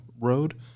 Road